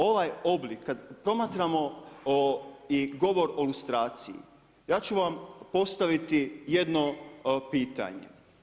Ovaj oblik, kad promatramo i govor o lustraciji, ja ću vam postaviti jedno pitanje.